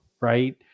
right